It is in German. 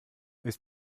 ist